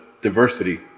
diversity